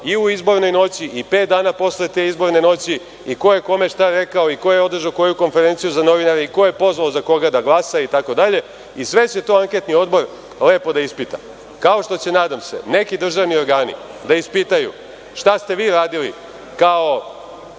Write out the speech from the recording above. i u izbornoj noći, i pet dana posle te izborne noći, i ko je kome šta rekao, i ko je održao koju konferenciju za novinare, ko je pozvao za koga da glasa itd. Sve će to anketni odbor lepo da ispita, kao što će nadam se neki državni organi da ispitaju šta ste vi radili kao